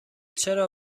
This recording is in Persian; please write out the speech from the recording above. چرا